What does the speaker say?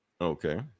Okay